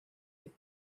with